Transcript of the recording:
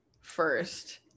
first